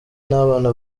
n’abana